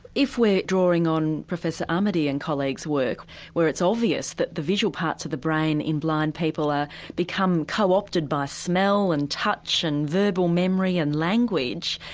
if we're drawing on professor ah amedi and colleagues' work where it's obvious that the visual parts of the brain in blind people ah become co-opted by smell and touch and verbal memory and language,